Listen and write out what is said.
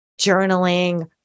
journaling